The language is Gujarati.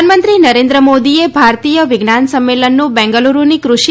પ્રધાનમંત્રી નરેન્દ્ર મોદીએ ભારતીય વિજ્ઞાન સંમેલનનું બેંગલુડુની કૃષિ